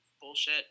bullshit